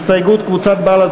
ההסתייגויות של קבוצת סיעת העבודה